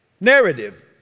narrative